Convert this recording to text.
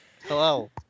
Hello